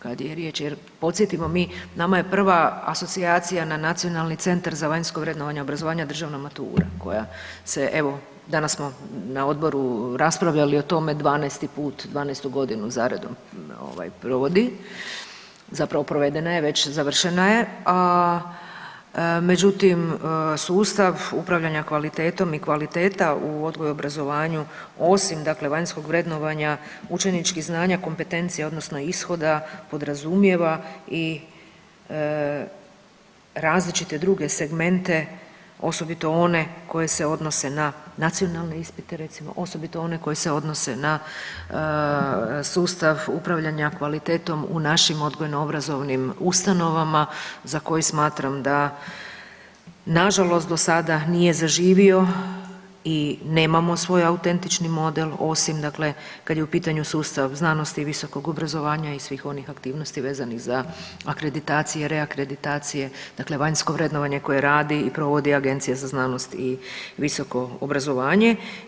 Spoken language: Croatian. Kad je riječ jer podsjetimo mi nama je prva asocijacija na NCVVO državna matura koja se evo danas smo na odboru raspravljali o tome 12. put, 12. godinu za redu provodi, zapravo provedena je već završena, međutim sustav upravljanja kvalitetom i kvaliteta u odgoju i obrazovanju osim vanjskog vrednovanja učeničkih znanja, kompetencija odnosno ishoda podrazumijeva i različite druge segmente, osobito one koje se odnose na nacionalne ispite recimo, osobito one koje se odnose na sustav upravljanja kvalitetom u našim odgojno obrazovnim ustanovama za koje smatram da nažalost do sada nije zaživio i nemamo svoj autentični model osim kada je u pitanju sustav znanosti i visokog obrazovanja i svih onih aktivnosti vezanih za akreditacije i reakreditacije, dakle vanjsko vrednovanje koje radi i provodi je Agencija za znanost i visoko obrazovanje.